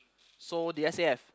so the S_A_F